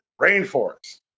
rainforest